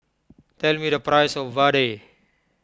tell me the price of Vadai